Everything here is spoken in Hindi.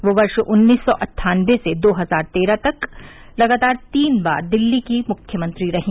वे वर्ष उन्नीस सौ अन्ठानबे से दो हजार तेरह तक लगातार तीन बार दिल्ली की मुख्यमंत्री रहीं